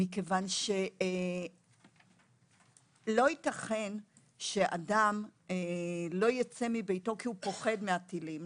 מכיוון שלא ייתכן שאדם לא יצא מביתו כי הוא פוחד מהטילים,